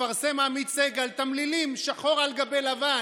מפרסם עמית סגל תמלילים שחור על גבי לבן,